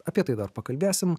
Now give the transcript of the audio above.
apie tai dar pakalbėsim